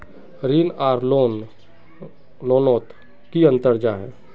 ऋण आर लोन नोत की अंतर जाहा?